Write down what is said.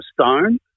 Stone